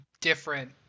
different